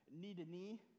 knee-to-knee